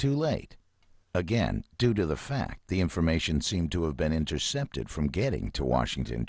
too late again due to the fact the information seemed to have been intercepted from getting to washington